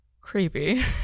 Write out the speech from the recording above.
creepy